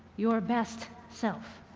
your best self.